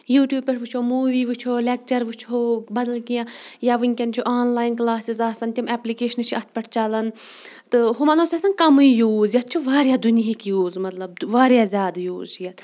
YouTube پٮ۪ٹھ وٕچھو movie وٕچھو لیٚکچَر وٕچھو بَدل کینٛہہ یا وٕنکٮ۪ٮٚن چھُ آنلاین کٕلاسِز آسَان تِم ایپلِکیشن چھِ اَتھ پٮ۪ٹھ چَلَان تہٕ ہُمَن اوس آسان کَمٕے یوٗز یَتھ چھِ واریاہ دُنہِکۍ یوٗز مطلب واریاہ زیادٕ یوٗز چھِ یَتھ